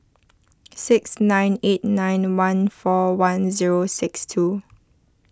six nine eight nine one four one zero six two